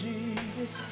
Jesus